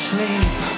Sleep